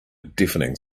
deafening